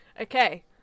Okay